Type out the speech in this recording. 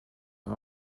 are